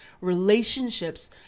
relationships